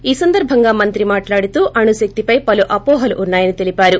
ఈ సందర్భంగా మంత్రి మాట్లాడుతూ అణుశక్తిపై పలు అవోహలు ఉన్నాయని తెలిపారు